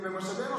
משאבי אנוש,